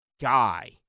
guy